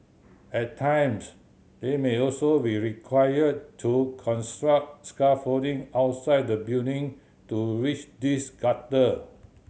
at times they may also be required to construct scaffolding outside the building to reach these gutter